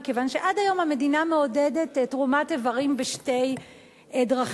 מכיוון שעד היום המדינה מעודדת תרומת איברים בשתי דרכים,